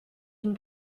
une